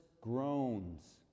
groans